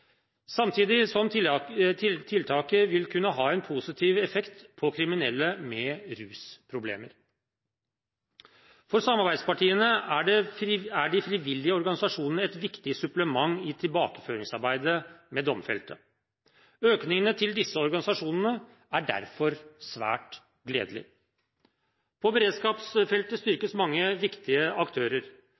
samtidig som tiltaket vil kunne ha en positiv effekt på kriminelle med rusproblemer. For samarbeidspartiene er de frivillige organisasjonene et viktig supplement i tilbakeføringsarbeidet med domfelte. Økningen til disse organisasjonene er derfor svært gledelig. På beredskapsfeltet styrkes mange viktig aktører.